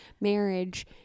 marriage